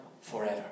forever